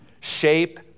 shape